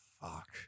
fuck